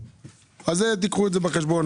קחו את זה בחשבון.